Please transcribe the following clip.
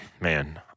Man